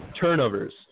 turnovers